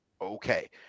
Okay